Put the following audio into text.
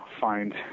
find